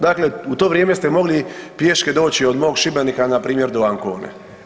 Dakle u to vrijeme sete mogli pješke doći od mog Šibenika npr. do Ancone.